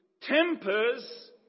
tempers